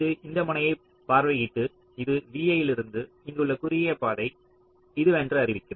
இது இந்த முனையைப் பார்வையிட்டு இது vi இலிருந்து இங்குள்ள குறுகிய பாதை இதுவென்று அறிவிக்கும்